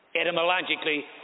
etymologically